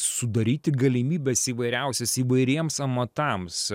sudaryti galimybes įvairiausias įvairiems amatams